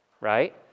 right